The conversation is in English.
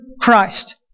Christ